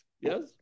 Yes